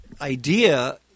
idea